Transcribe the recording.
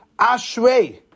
Ashrei